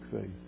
faith